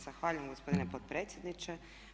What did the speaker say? Zahvaljujem gospodine potpredsjedniče.